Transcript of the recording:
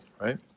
right